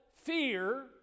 fear